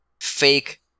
fake